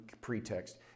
pretext